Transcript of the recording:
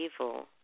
evil